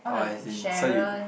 orh as in so you go